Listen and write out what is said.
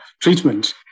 treatment